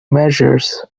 measures